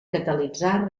catalitzar